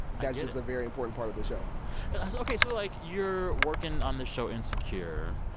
that's just a very important part of the show ok. so, like, you're working on the show insecure.